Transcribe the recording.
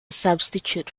substitute